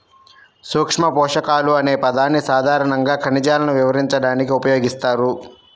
సూక్ష్మపోషకాలు అనే పదాన్ని సాధారణంగా ఖనిజాలను వివరించడానికి ఉపయోగిస్తారు